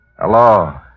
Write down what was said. Hello